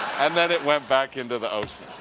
and then it went back into the ocean.